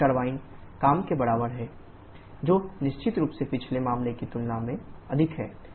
Pc 243075 kJkg तो turbine काम के बराबर है WTh1 h2105475 kJkg जो निश्चित रूप से पिछले मामले की तुलना में अधिक है